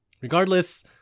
regardless